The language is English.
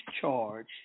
charge